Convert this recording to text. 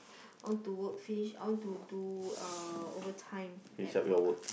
I want to work finish I want to do uh overtime at work